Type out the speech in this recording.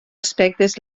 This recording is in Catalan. aspectes